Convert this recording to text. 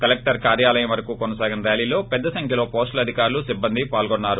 collector కార్యాలయం వరకు కొనసాగిన ర్యాలీలో పెద్ద సంఖ్యలో పోస్టల్ అధికారులు సిబ్బంది పాల్గొన్నారు